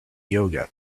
yoga